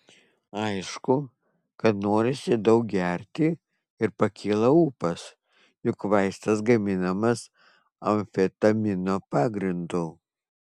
aišku kad norisi daug gerti ir pakyla ūpas juk vaistas gaminamas amfetamino pagrindu